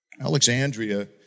Alexandria